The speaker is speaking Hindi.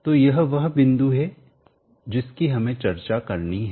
तो यह वह बिंदु है जिसकी हमें चर्चा करनी है